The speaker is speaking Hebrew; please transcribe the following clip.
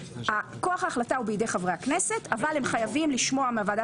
כוח ההחלטה הוא בידי חברי הכנסת אבל הם חייבים לשמוע מהוועדה